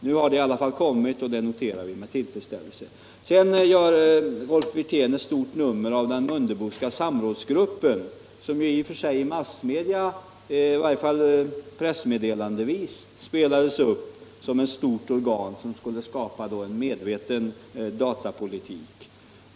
Nu har det i alla fall kommit, och det noterar vi med tillfredsställelse. Sedan gör Rolf Wirtén ett stort nummer av den Mundeboska sam rådsgruppen, som ju i massmedia, i varje fall pressmeddelandevis, spelades upp som ett stort organ som skulle skapa en medveten datapolitik.